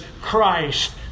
Christ